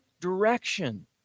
direction